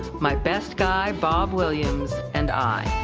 my best guy bob williams and i.